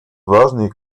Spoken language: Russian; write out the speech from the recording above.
важный